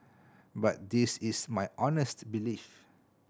but this is my honest belief